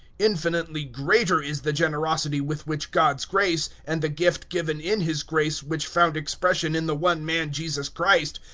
infinitely greater is the generosity with which god's grace, and the gift given in his grace which found expression in the one man jesus christ,